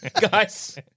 Guys